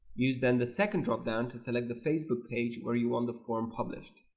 use then the second dropdown to select the facebook page where you want the form published